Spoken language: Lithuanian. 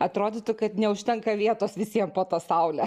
atrodytų kad neužtenka vietos visiems po ta saule